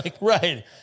right